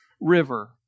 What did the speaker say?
River